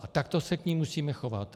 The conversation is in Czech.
A takto se k ní musíme chovat.